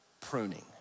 pruning